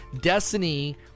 Destiny